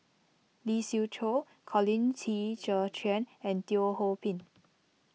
Lee Siew Choh Colin Qi Zhe Quan and Teo Ho Pin